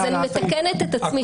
אז אני מתקנת את עצמי.